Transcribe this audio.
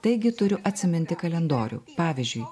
taigi turiu atsiminti kalendorių pavyzdžiui